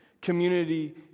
community